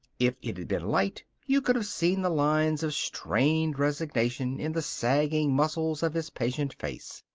if it had been light, you could have seen the lines of strained resignation in the sagging muscles of his patient face.